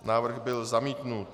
Návrh byl zamítnut.